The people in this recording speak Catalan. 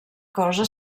cosa